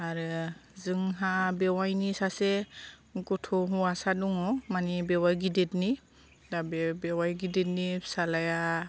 आरो जोंहा बेवायनि सासे गथ' हौवासा दङ मानि बेवाइ गिदिरनि दा बे बेवाइ गिदिरनि फिसाज्लाया